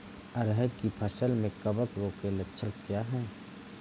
अरहर की फसल में कवक रोग के लक्षण क्या है?